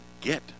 get